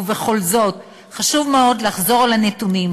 ובכל זאת, חשוב מאוד לחזור על הנתונים.